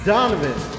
Donovan